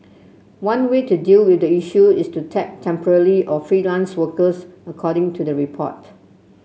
one way to deal with the issue is to tap temporarily or freelance workers according to the report